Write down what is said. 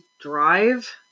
drive